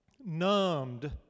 numbed